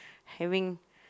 having